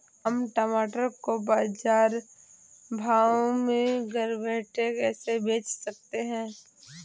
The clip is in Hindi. हम टमाटर को बाजार भाव में घर बैठे कैसे बेच सकते हैं?